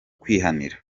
kwihanira